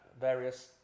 various